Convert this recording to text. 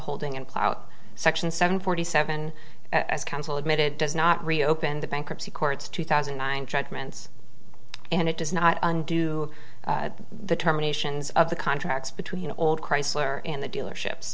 holding and clout section seven forty seven as counsel admitted does not reopen the bankruptcy courts two thousand and nine judgments and it does not undo the terminations of the contracts between old chrysler and the dealerships